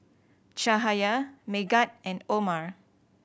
Cahaya Megat and Omar